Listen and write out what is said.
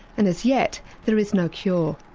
and as yet there is no cure.